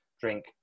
drink